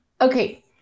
Okay